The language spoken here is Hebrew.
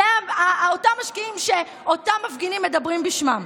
אלה אותם משקיעים שאותם מפגינים מדברים בשמם.